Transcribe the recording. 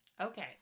Okay